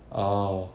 orh